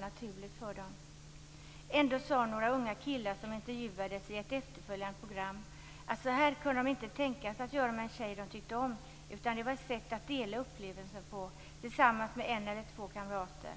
naturligt för dem. Ändå sade några unga killar som intervjuades i ett efterföljande program att de inte kunde tänka sig att göra så här med en tjej som de tyckte om - det här var ett sätt att dela upplevelsen med en eller två kamrater.